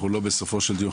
אנחנו לא בסופו של דיון,